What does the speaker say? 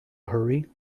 hurry